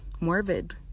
morbid